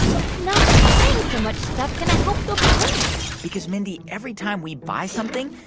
how is not buying so much stuff going to help the planet? because, mindy, every time we buy something,